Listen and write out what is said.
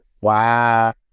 Wow